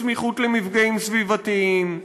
בסמיכות למפגעים סביבתיים,